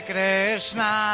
Krishna